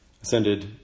Ascended